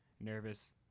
nervous